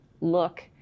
look